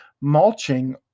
mulching